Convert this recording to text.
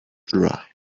drive